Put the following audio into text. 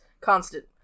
constant